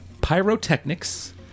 pyrotechnics